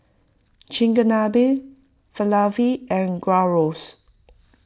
Chigenabe Falafel and Gyros